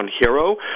Hero